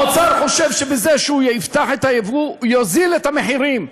האוצר חושב שבזה שהוא יפתח את היבוא הוא יוריד את המחירים.